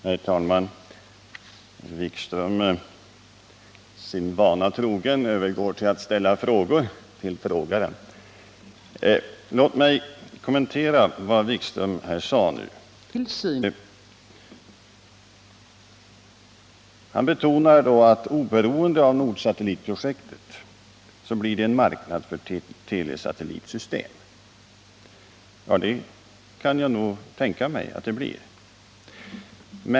Herr talman! Jan-Erik Wikström övergår, sin vana trogen, till att ställa frågor till frågaren. Låt mig kommentera vad Jan-Erik Wikström sade. Han betonade att det, oberoende av Nordsatprojektet, blir en marknad för TV-satellitsystem. Det kan jag nog tänka mig att det blir.